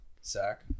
Sack